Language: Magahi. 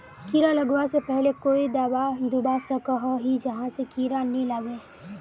कीड़ा लगवा से पहले कोई दाबा दुबा सकोहो ही जहा से कीड़ा नी लागे?